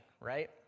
right